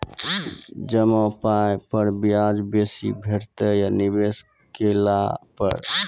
जमा पाय पर ब्याज बेसी भेटतै या निवेश केला पर?